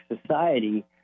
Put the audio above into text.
society